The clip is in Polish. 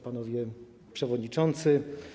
Panowie Przewodniczący!